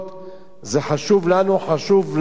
זה חשוב לנו, חשוב לעתידנו.